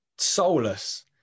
soulless